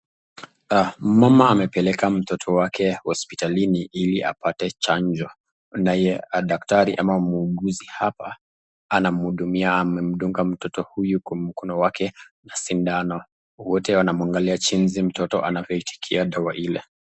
Mama amepeleka mtoto wake hospitalini ili apate chanjo naye daktari ama mwuguzi hapa anamhudumia amemdunga mtoto huyu kwa mkono wake na sindano. Wote wanamwangalia mtoto jinsi anavyoitikia dawa ile.